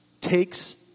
takes